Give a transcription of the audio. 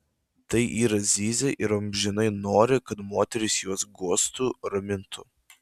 tai yra zyzia ir amžinai nori kad moterys juos guostų ramintų